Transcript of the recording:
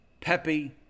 peppy